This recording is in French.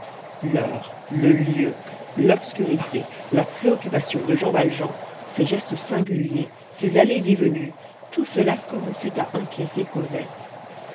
l'heure le lieu l'obscurité la préoccupation de jean valjean ses gestes singuliers ses allées et venues tout cela commençait à inquiéter cosette